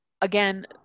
again